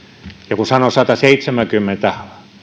ja kun sanon että sataseitsemänkymmentä